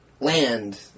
land